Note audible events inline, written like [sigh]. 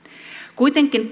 kuitenkin [unintelligible]